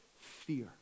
fear